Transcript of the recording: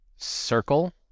Circle